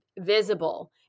visible